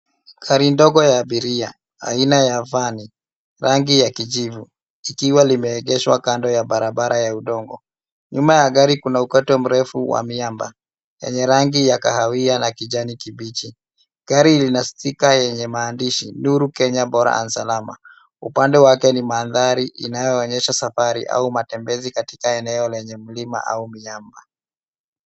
Gari ndogo ya abiria, aina ya van , rangi ya kijivu likiwa limeegeshwa kando ya barabara ya udongo. Nyuma ya gari kuna ukato mrefu wa miamba yenye rangi ya kahawia na kijani kibichi. Gari lina sticker yenye maandishi nuru kenya bora and salama. Upande wake ni mandhari inayoonyesha safari au matembezi katika eneo lenye milima au miamba.